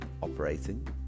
operating